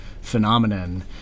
phenomenon